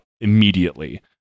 immediately